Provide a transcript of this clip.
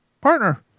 Partner